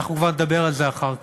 אנחנו כבר נדבר על זה אחר כך.